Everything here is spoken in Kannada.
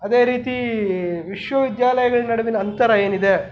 ಅದೇ ರೀತಿ ವಿಶ್ವವಿದ್ಯಾಲಯಗಳ ನಡುವಿನ ಅಂತರ ಏನಿದೆ